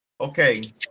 okay